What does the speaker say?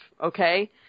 okay